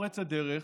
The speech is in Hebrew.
פורצת דרך,